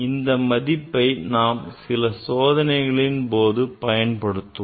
இந்த மதிப்பை நாம் சில சோதனைகளின் போது பயன்படுத்துவோம்